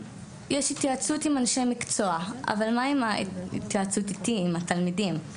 יש התייעצות עם אנשי מקצוע אבל מה עם ההתייעצות איתי עם התלמידים?